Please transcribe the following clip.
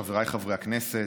חבריי חברי הכנסת,